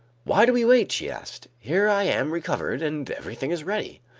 why do we wait? she asked. here i am recovered and everything is ready.